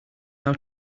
how